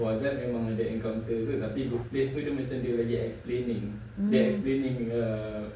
before that among the incomplete workplace to elicit directly explaining their explaining a